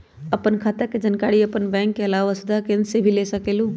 आपन खाता के जानकारी आपन बैंक के आलावा वसुधा केन्द्र से भी ले सकेलु?